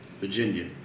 Virginia